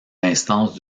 instances